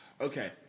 Okay